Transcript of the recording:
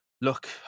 look